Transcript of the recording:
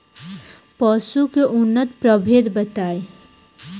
पशु के उन्नत प्रभेद बताई?